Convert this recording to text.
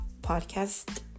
podcast